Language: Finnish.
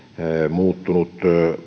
muuttunut